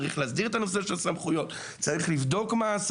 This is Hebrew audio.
צריך להסדיר את נושא הסמכויות; צריך לבדוק מהן